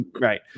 right